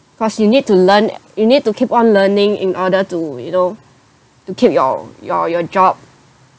cause you need to learn you need to keep on learning in order to you know to keep your your your job